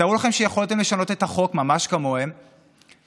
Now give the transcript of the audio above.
תארו לכם שיכולתם לשנות את החוק ממש כמוהם ולקבל